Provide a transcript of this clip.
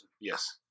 yes